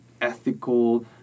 ethical